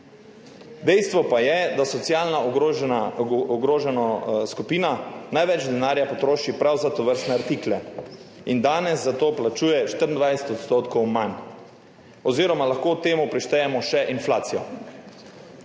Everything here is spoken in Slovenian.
Dejstvo pa je, da socialno ogrožena skupina največ denarja potroši prav za tovrstne artikle in danes za to plačuje 24 % manj oziroma lahko k temu prištejemo še inflacijo.